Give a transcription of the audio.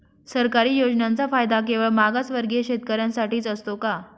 सरकारी योजनांचा फायदा केवळ मागासवर्गीय शेतकऱ्यांसाठीच असतो का?